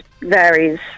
varies